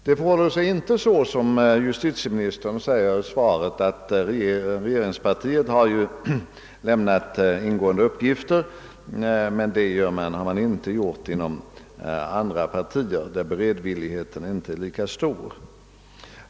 Det förhåller sig inte så som justitieministern säger i svaret, att regeringspartiet lämnat ingående uppgifter härom, medan man inte skulle ha gjort på samma sätt inom andra partier — beredvilligheten att lämna uppgifter skulle där inte ha varit lika stor.